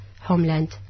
homeland